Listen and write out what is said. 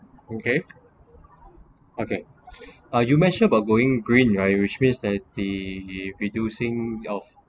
okay okay uh you mentioned about going green right which means that the reducing of